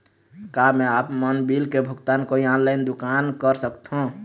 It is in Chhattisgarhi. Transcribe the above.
का मैं आपमन बिल के भुगतान कोई ऑनलाइन दुकान कर सकथों?